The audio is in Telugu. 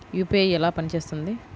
యూ.పీ.ఐ ఎలా పనిచేస్తుంది?